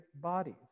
bodies